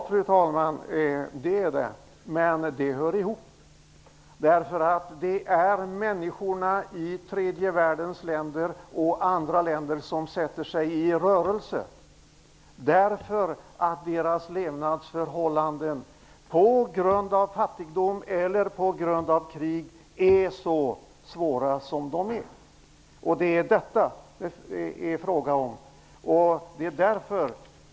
Fru talman! Ja, det är det. Men det hör ihop. Det är bl.a. människorna i tredje världens länder som sätter sig i rörelse därför att deras levnadsförhållanden är så svåra som de är, på grund av fattigdom eller på grund av krig.